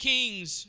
Kings